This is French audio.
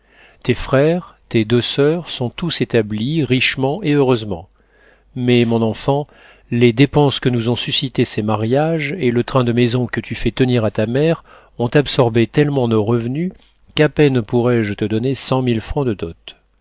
tes frères tes deux soeurs sont tous établis richement et heureusement mais mon enfant les dépenses que nous ont suscitées ces mariages et le train de maison que tu fais tenir à ta mère ont absorbé tellement nos revenus qu'à peine pourrai-je te donner cent mille francs de